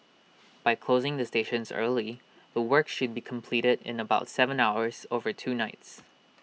by closing the stations early the work should be completed in about Seven hours over two nights